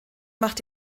macht